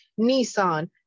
Nissan